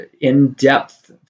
in-depth